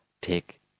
take